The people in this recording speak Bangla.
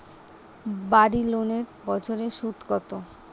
বাড়ি লোনের বছরে সুদ কত?